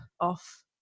off